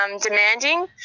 demanding